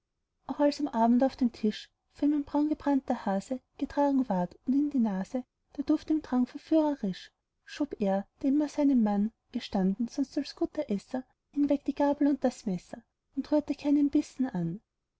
als am abend auf den tisch von ihr ein braungebratner hase getragen ward und in die nase der duft ihm drang verführerisch schob er der immer seinen mann gestanden sonst als guter esser hinweg die gabel und das messer und rührte keinen bissen an